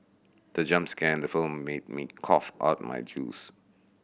the jump scare in the film made me cough out my juice